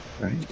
right